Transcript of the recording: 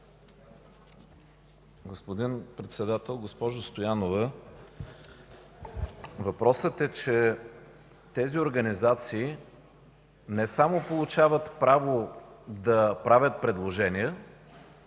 Господин Председател! Госпожо Стоянова, въпросът е, че тези организации не само получават право да правят предложения,